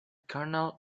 kernel